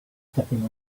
stepping